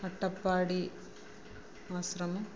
Attappadi Ashram